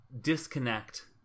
disconnect